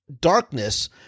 darkness